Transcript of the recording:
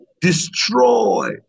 destroy